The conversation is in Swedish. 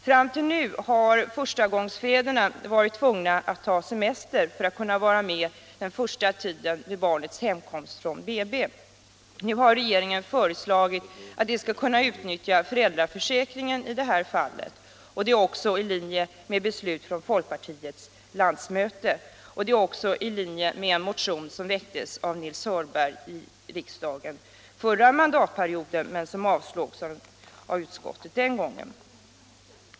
Fram till nu har förstagångsfäderna varit tvungna att ta semester för att kunna vara med familjen under den första tiden vid barnets hemkomst från BB. Nu har regeringen föreslagit att de skall kunna utnyttja föräldraförsäkringen i det fallet. Det är i linje med ett beslut från folkpartiets landsmöte, och det är också i linje med en motion som väcktes av Nils Hörberg i riksdagen under förra mandatperioden men som avstyrktes av utskottet och avslogs av kammaren den gången.